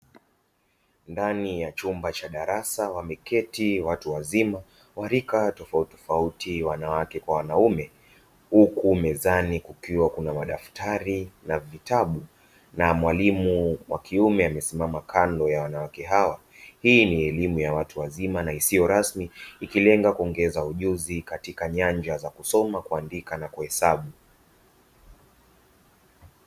Ndani ya chumba cha darasa, wameketi watu wazima wa rika tofauti, wanawake kwa wanaume, huku mezani kukiwa kuna madaftari na vitabu, na mwalimu wa kiume amesimama kando ya wanawake hawa. Hii ni elimu ya watu wazima na isiyo rasmi, ikilenga kuongeza ujuzi katika nyanja za kusoma, kuandika na kuhesabu.